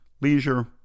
leisure